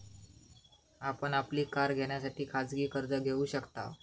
आपण आपली कार घेण्यासाठी खाजगी कर्ज घेऊ शकताव